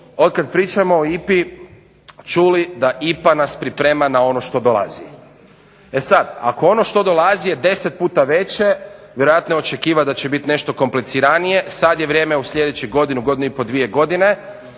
otkad pričamo o IPA-i čuli da IPA nas priprema na ono što dolazi. E sad, ako ono što dolazi je deset puta veće vjerojatno je očekivat da će biti nešto kompliciranije. Sad je vrijeme u sljedećih godinu, godinu i pol, dvije godine